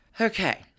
Okay